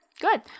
Good